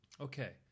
Okay